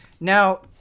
Now